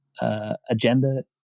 agenda